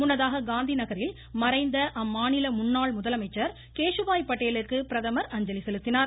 முன்னதாக காந்தி நகரில் மறைந்த அம்மாநில முன்னாள் முதலமைச்சர் கேஷுபாய் பட்டேலுக்கு பிரதமர் அஞ்சலி செலுத்தினார்